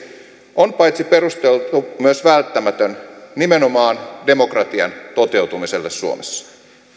on paitsi perusteltu myös välttämätön nimenomaan demokratian toteutumiselle suomessa